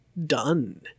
done